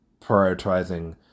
prioritizing